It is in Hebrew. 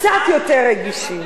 קצת יותר רגישים,